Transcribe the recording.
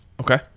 Okay